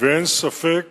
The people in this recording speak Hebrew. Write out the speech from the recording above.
ואין ספק